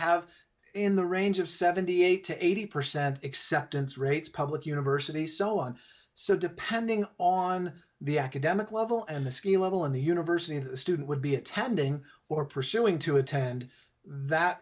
have in the range of seventy eight to eighty percent acceptance rates public universities so on so depending on the academic level and the skill level in the university student would be attending or pursuing to attend that